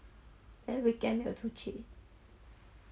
then weekend 没有出去